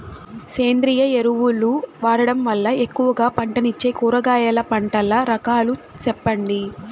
సేంద్రియ ఎరువులు వాడడం వల్ల ఎక్కువగా పంటనిచ్చే కూరగాయల పంటల రకాలు సెప్పండి?